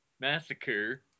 massacre